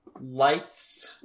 Lights